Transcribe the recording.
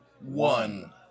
one